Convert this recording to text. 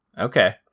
Okay